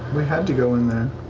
we had to go in there.